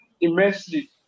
immensely